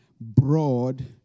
broad